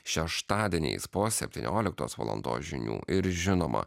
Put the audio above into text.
šeštadieniais po septynioliktos valandos žinių ir žinoma